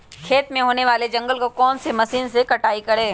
खेत में होने वाले जंगल को कौन से मशीन से कटाई करें?